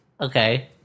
Okay